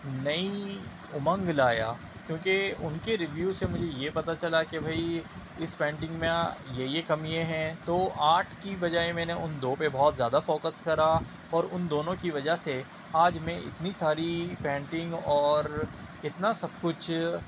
نئی امنگ لایا کیونکہ ان کے ریویو سے مجھے یہ پتہ چلا کہ بھائی اس پینٹنگ میں یہ یہ کمیاں ہیں تو آٹھ کی بجائے میں نے ان دو پہ بہت زیادہ فوکس کرا اور ان دونوں کی وجہ سے آج میں اتنی ساری پینٹنگ اور اتنا سب کچھ